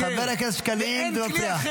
--- חבר הכנסת אושר שקלים, זה מפריע.